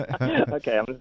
Okay